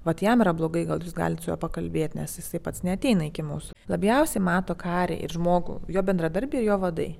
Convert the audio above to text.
vat jam yra blogai gal jūs galit su juo pakalbėt nes jisai pats neateina iki mūsų labiausiai mato karį ir žmogų jo bendradarbiai ir jo vadai